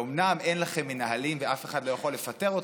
אומנם אין לכם מנהלים ואף אחד לא יכול לפטר אתכם,